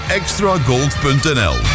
extragold.nl